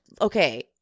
okay